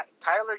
Tyler